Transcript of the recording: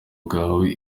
bwawe